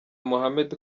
mohammed